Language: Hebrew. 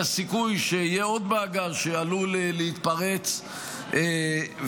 הסיכוי שיהיה עוד מעגל שעלול להיפרץ וכדומה.